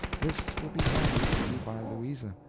this will be handed to you by louisa,